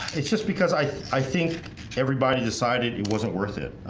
it's just because i i think everybody decided it wasn't worth it